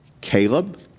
Caleb